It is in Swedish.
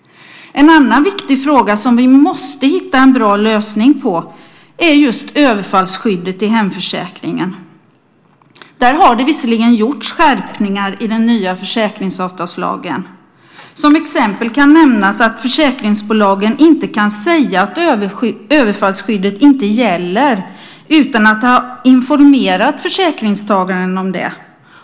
En annan viktig fråga som vi måste hitta en bra lösning på är överfallsskyddet i hemförsäkringen. Där har det visserligen gjorts skärpningar i den nya försäkringsavtalslagen. Som exempel kan nämnas att försäkringsbolagen inte kan säga att överfallsskyddet inte gäller utan att ha informerat försäkringstagaren om det.